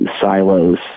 silos